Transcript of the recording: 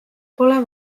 pole